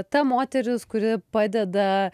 ta moteris kuri padeda